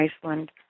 Iceland